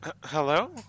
Hello